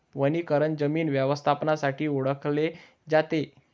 वनीकरण जमीन व्यवस्थापनासाठी ओळखले जाते